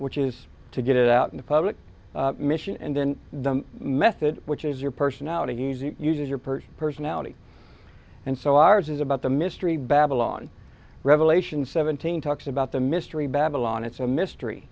which is to get it out in the public mission and then the method which is your personality easy uses your perch personality and so ours is about the mystery babylon revelation seventeen talks about the mystery babylon it's a mystery